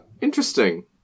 Interesting